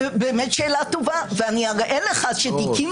באמת שאלה טובה ואני אראה לך שתיקים